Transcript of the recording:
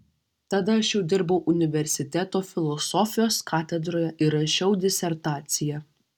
tada aš jau dirbau universiteto filosofijos katedroje ir rašiau disertaciją